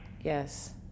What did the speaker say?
Yes